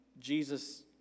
Jesus